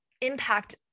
impact